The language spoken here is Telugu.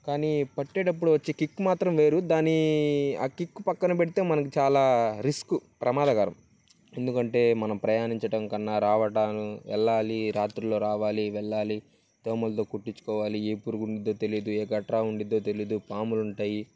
కానీ పట్టేటప్పుడు వచ్చే కిక్ మాత్రం వేరు దాని ఆ కిక్ పక్కన పెడితే మనకి చాలా రిస్క్ ప్రమాదకరం ఎందుకంటే మనం ప్రయాణించటం కన్నా రావటాను వెళ్ళాలి రాత్రులలో రావాలి వెళ్ళాలి దోమలతో కుట్టించుకోవాలి ఏ పురుగు ఉంటుందో తెలీదు ఏ గట్రా ఉంటుందో తెలీదు పాములుంటాయి